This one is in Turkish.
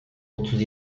otuz